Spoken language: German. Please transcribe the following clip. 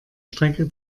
strecke